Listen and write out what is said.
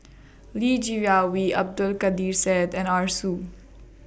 Li Jiawei Abdul Kadir Syed and Arasu